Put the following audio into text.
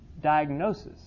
diagnosis